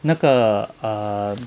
那个 err